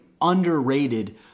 underrated